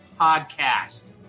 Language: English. podcast